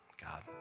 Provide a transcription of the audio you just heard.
God